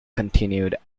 continued